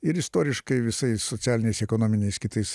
ir istoriškai visais socialiniais ekonominiais kitais